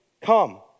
come